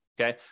Okay